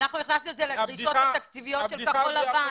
אנחנו הכנסנו את זה לדרישות התקציביות של כחול לבן.